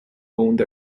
owned